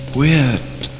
weird